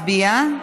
אז שנייה,